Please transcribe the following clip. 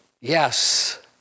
Yes